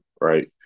Right